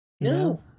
No